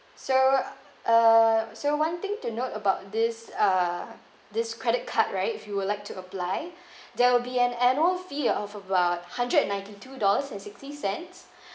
so uh so one thing to note about this uh this credit card right if you would like to apply there would be an annual fee of about hundred and ninety two dollars and sixty cents